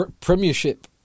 Premiership